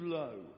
low